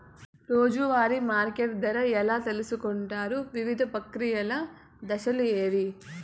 రోజూ వారి మార్కెట్ ధర ఎలా తెలుసుకొంటారు వివిధ ప్రక్రియలు దశలు ఏవి?